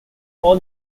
all